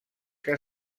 que